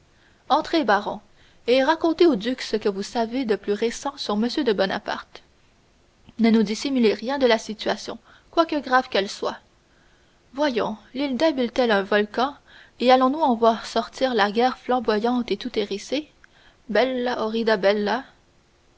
entrez baron et racontez au duc ce que vous savez de plus récent sur m de bonaparte ne nous dissimulez rien de la situation quelque grave qu'elle soit voyons l'île d'elbe est-elle un volcan et allons-nous en voir sortir la guerre flamboyante et toute hérissée